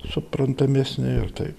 suprantamesni ir taip